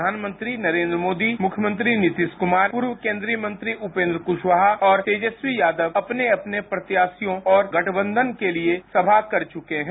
प्रधानमंत्री नरेंद्र मोदी मुख्यमंत्री नीतीश कुमारपूर्व केंद्रीय मंत्री उपेंद्र कुशवाहा और तेजस्वी यादव अपने अपने प्रत्याशियों और गठबंधन के लिए सभा कर चुके हैं